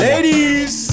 Ladies